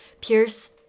Pierce